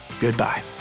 goodbye